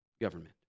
government